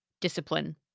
discipline